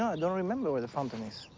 i don't remember where the fountain is.